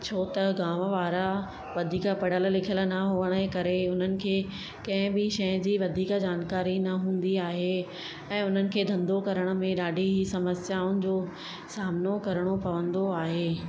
छो त गांव वारा वधीक पढ़ियल लिखियल न हुअण जे करे उन्हनि खे कंहिं बि शइ जी वधीक जानकारी न हूंदी आहे ऐं उन्हनि खे धंधो करण में ॾाढी ई समस्याउनि जो सामिनो करिणो पवंदो आहे